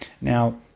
Now